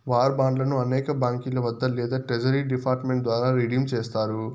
war బాండ్లను అనేక బాంకీల వద్ద లేదా ట్రెజరీ డిపార్ట్ మెంట్ ద్వారా రిడీమ్ చేస్తారు